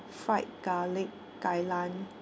fried garlic kai lan